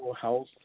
health